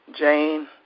Jane